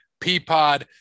Peapod